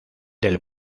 del